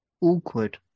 awkward